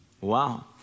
Wow